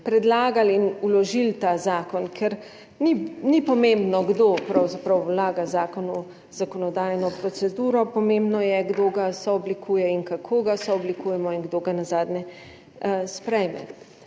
predlagali in vložili ta zakon. Ker pravzaprav ni pomembno, kdo vlaga zakon v zakonodajno proceduro, pomembno je, kdo ga sooblikuje in kako ga sooblikujemo in kdo ga nazadnje sprejme.